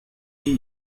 die